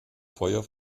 feuer